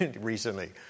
recently